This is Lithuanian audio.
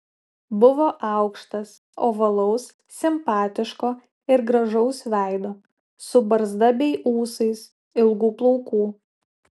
buvo aukštas ovalaus simpatiško ir gražaus veido su barzda bei ūsais ilgų plaukų